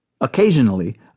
Occasionally